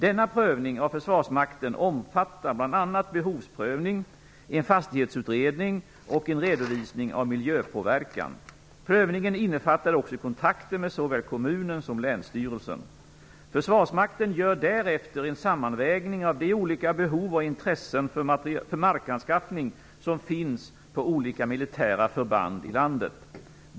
Denna prövning av försvarsmakten omfattar bl.a. behovsprövning, en fastighetsutredning och en redovisning av miljöpåverkan. Prövningen innefattar också kontakter med såväl kommunen som länsstyrelsen. Försvarsmakten gör därefter en sammanvägning av de olika behov och intressen för markanskaffning som finns på olika militära förband i landet.